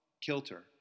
kilter